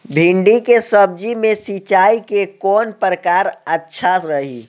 भिंडी के सब्जी मे सिचाई के कौन प्रकार अच्छा रही?